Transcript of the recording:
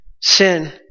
sin